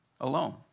alone